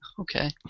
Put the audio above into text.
Okay